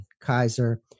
Kaiser